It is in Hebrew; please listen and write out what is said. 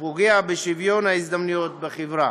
ופוגע בשוויון ההזדמנויות בחברה.